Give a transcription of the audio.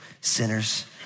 sinners